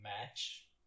match